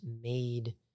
made